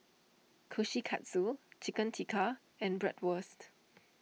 Kushikatsu Chicken Tikka and Bratwurst